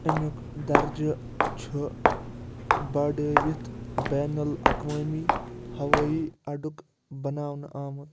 امیُک درجہٕ چھُ بڑٲوِتھ بین الاقوٲمی ہوٲیی اڈُک بناونہٕ آمُت